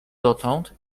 dotąd